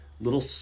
little